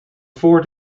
four